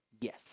yes